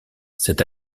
cette